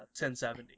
1070